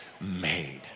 made